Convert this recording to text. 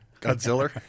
Godzilla